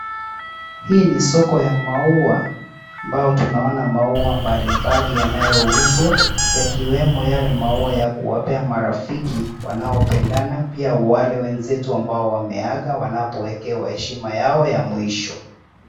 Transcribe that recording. Hii ni soko ya maua ambapo tunaona maua mbalimbali yanayouzwa, yakiwemo yale maua ya kuwapea marafiki wanaopendana, pia wale wenzetu ambao wameaga wanapowekewa heshima yao ya mwisho.